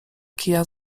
kija